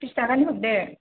बिस थाखानि हरदो